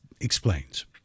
explains